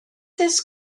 this